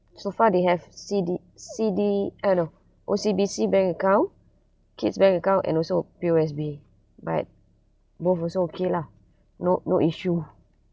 so far they have C_D C_D ah no O_C_B_C bank account kids bank account and also P_O_S_B but both also okay lah no no issue